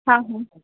हा